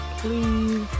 please